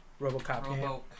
RoboCop